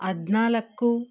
ಹದಿನಾಲ್ಕು